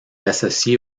associé